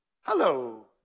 hello